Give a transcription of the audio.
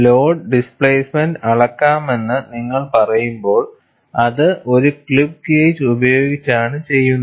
load displacement അളക്കണമെന്ന് നിങ്ങൾ പറയുമ്പോൾ അത് ഒരു ക്ലിപ്പ് ഗേജ് ഉപയോഗിച്ചാണ് ചെയ്യുന്നത്